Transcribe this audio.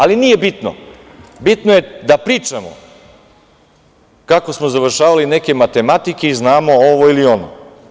Ali, nije bitno, bitno je da pričamo kako smo završavali neke matematike i znamo ono ili ovo.